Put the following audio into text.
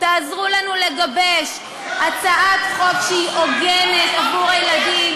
תעזרו לנו לגבש הצעת חוק שהיא הוגנת עבור הילדים,